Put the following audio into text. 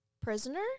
prisoner